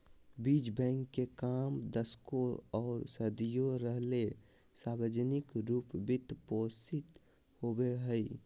बीज बैंक के काम दशकों आर सदियों रहले सार्वजनिक रूप वित्त पोषित होबे हइ